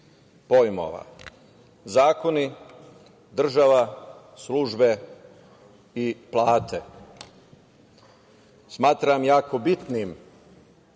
pojmova - zakoni, država, službe i plate. Smatram jako bitnim